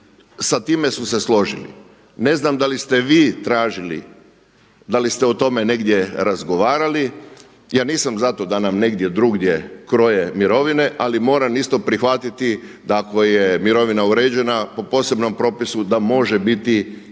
s time su se složili. Ne znam da li ste vi tražili, da li ste o tome negdje razgovarali. Ja nisam za to da nam negdje drugdje kroje mirovine, ali moram isto prihvatiti da ako je mirovina uređena po posebnom propisu da može biti